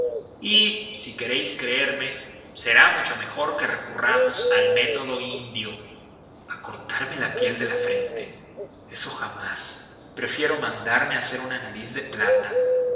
y si queréis creerme será mucho mejor que recurramos al método indio a cortarme la piel de la frente eso jamás prefiero mandarme hacer una nariz de plata